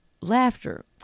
laughter